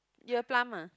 you have plum ah